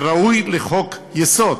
כראוי לחוק-יסוד,